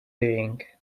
doing